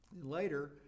Later